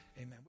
Amen